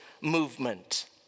movement